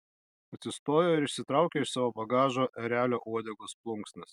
atsistojo ir išsitraukė iš savo bagažo erelio uodegos plunksnas